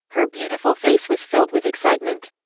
her beautiful face was filled with excitement.